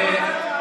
היי, מה זה?